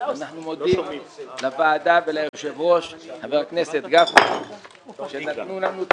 אנחנו מודים לוועדה וליושב-ראש חבר הכנסת גפני שנתנו לנו את